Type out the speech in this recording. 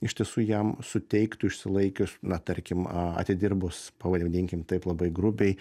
iš tiesų jam suteiktų išsilaikius na tarkim atidirbus pavadinkim taip labai grubiai